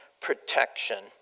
Protection